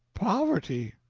poverty.